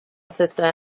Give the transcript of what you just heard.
sister